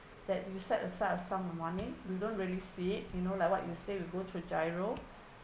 that you set aside of some of the money you don't really see it you know like what you say we go through GIRO